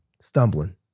stumbling